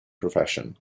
profession